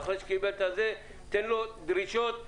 תן לו דרישות,